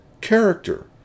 character